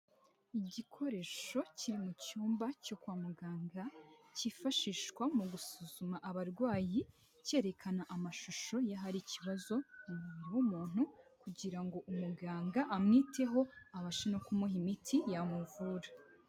Igikoresho kiri mu cyumba cyo kwa muganga, cyifashishwa mu gusuzuma abarwayi cyerekana amashusho y'ahari ikibazo mu mubiri w'umuntu kugira ngo umuganga amwiteho abashe no kumuha imiti yamuvura.